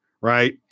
right